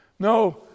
No